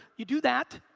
you do that.